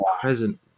present